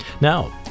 Now